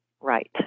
right